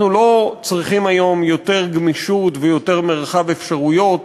אנחנו לא צריכים היום יותר גמישות ויותר מרחב אפשרויות